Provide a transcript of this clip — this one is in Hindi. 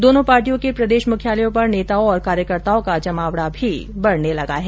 दोनों पार्टियों के प्रदेश मुख्यालयों पर नेताओं और कार्यकर्ताओं का जमावड़ा भी बढ़ने लगा हैं